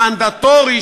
המנדטורי,